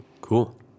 Cool